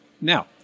Now